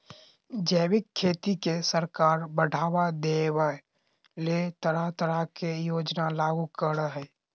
जैविक खेती के सरकार बढ़ाबा देबय ले तरह तरह के योजना लागू करई हई